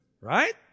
right